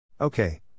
Okay